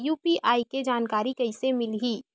UPI के जानकारी कइसे मिलही?